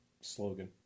slogan